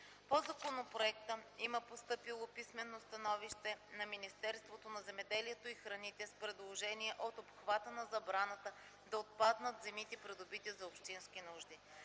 По законопроекта има постъпило писмено становище на Министерството на земеделието и храните с предложение от обхвата на забраната да отпаднат земите придобити за общински нужди.